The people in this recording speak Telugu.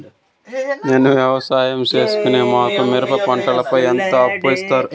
నేను వ్యవసాయం సేస్తున్నాను, మాకు మిరప పంటపై ఎంత అప్పు ఇస్తారు